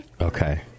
Okay